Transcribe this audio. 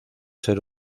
ser